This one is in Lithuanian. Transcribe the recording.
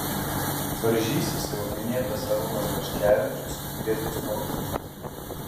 varžysis jau minėtas arūnas vaškevičius ir giedrius morkūnas